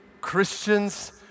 Christians